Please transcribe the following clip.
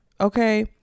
Okay